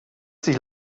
sich